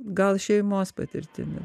gal šeimos patirtimi